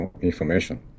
information